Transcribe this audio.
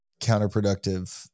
counterproductive